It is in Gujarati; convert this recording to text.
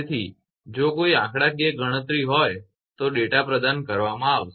તેથી જો કોઈ આંકડાકીય ગણતરી હોય તો ડેટા પ્રદાન કરવામાં આવશે